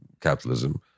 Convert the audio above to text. capitalism